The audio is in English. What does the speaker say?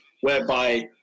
whereby